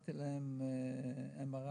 נתתי להם MRI,